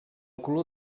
color